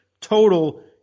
total